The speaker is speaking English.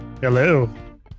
Hello